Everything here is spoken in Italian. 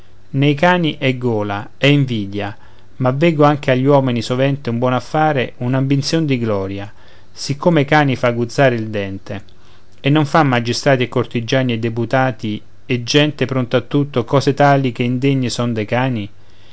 nei cani è gola è invidia ma veggo che anche agli uomini sovente un buon affare un'ambizion di gloria siccome ai cani fa aguzzare il dente e non fan magistrati e cortigiani e deputati e gente pronta a tutto cose tali che indegne son dei cani